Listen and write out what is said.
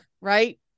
right